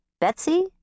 Betsy